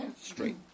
straight